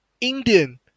Indian